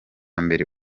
mbere